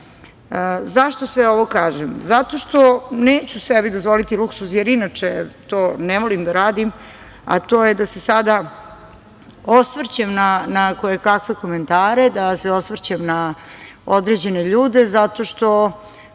sve ovo kažem? Zato što neću sebi dozvoliti luksuz, jer inače to ne volim da radim, a to je da se sada osvrćem na koje kakve komentare, da se osvrćem na određene ljude, zato što